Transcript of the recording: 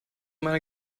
meiner